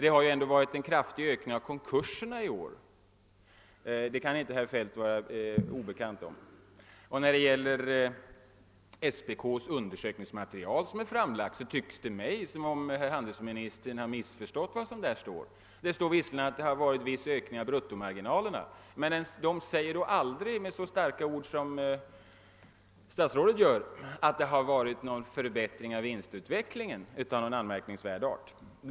Det har ändå varit en kraftig ökning av antalet konkurser i år, det kan inte vara herr Feldt obekant. Vad beträffar det undersökningsmaterial som SPK har framlagt tycks det mig som om handelsministern har missförstått vad som där står. Där sägs visserligen ati det har förekommit en viss ökning av bruttomarginalerna, men SPK påstår aldrig i så starka ord som statsrådet att det har varit någon förbättring av vinstutvecklingen av anmärkningsvärd art.